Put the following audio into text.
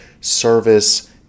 service